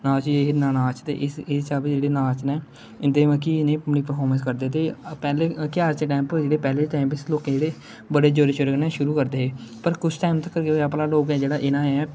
हिरण नाच ते इस इस स्हाबे दे जेहडे़ नाच न इंदे मतलब कि अपनी परफारमैंस करदे दे पहले दे टाइम लोकें जेहडे़ बडे़ जोरें शोरें कन्नै शुरु करदे हे पर कुछ टाइम तकर गै होआ भला लोकें गी इयां